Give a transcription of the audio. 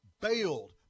bailed